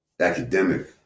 academic